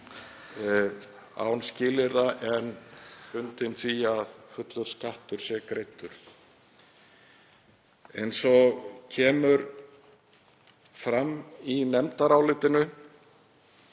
án skilyrða en bundin því að fullur skattur sé greiddur. Eins og kemur fram í nefndarálitinu